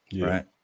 Right